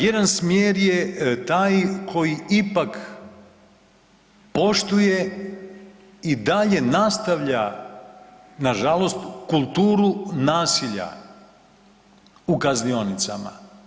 Jedan smjer je taj koji ipak poštuje i dalje nastavlja nažalost kulturu nasilja u kaznionicama.